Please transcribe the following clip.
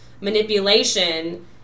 manipulation